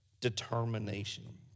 determination